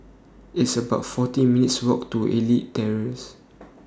It's about forty minutes' Walk to Elite Terrace